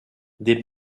des